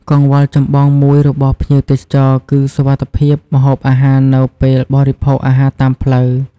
កង្វល់ចម្បងមួយរបស់ភ្ញៀវទេសចរ គឺសុវត្ថិភាពម្ហូបអាហារនៅពេលបរិភោគអាហារតាមផ្លូវ